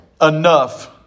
enough